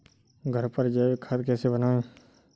घर पर जैविक खाद कैसे बनाएँ?